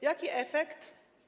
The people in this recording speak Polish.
Jaki efekt?